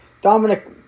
Dominic